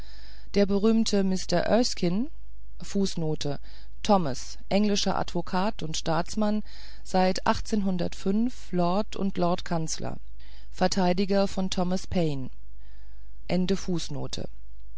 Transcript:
der berühmte mr erskine fußnote thomas englischer advokat und staatsmann seit lord und lordkanzler verteidiger von thomas